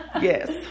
Yes